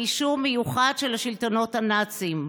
באישור מיוחד של השלטונות הנאציים.